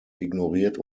ignoriert